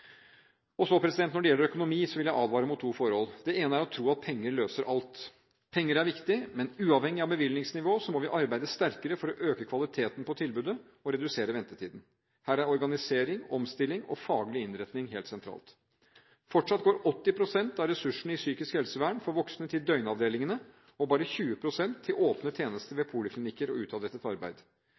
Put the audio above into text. Når det så gjelder økonomi, vil jeg advare mot to forhold. Det ene er å tro at penger løser alt. Penger er viktig, men uavhengig av bevilgningsnivå må vi arbeide sterkere for å øke kvaliteten på tilbudet og redusere ventetiden. Her er organisering, omstilling og faglig innretning helt sentralt. Fortsatt går 80 pst. av ressursene i psykisk helsevern for voksne til døgnavdelingene og bare 20 pst. til åpne tjenester ved poliklinikker og utadrettet arbeid.